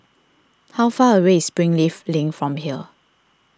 how far away is Springleaf Link from here